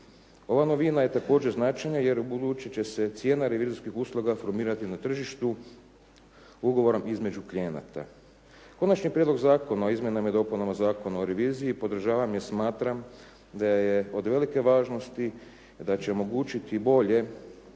Ova novina je također značajna jer u buduće će se cijena revizorskih usluga formirati na tržištu ugovorom između klijenata. Konačni prijedlog zakona o izmjenama i dopunama Zakona o reviziji podržavam jer smatram da je od velike važnosti, da će omogućiti bolje